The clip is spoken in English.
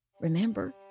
remember